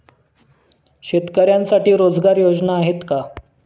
शेतकऱ्यांसाठी रोजगार योजना आहेत का?